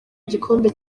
igikombe